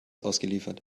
ausgeliefert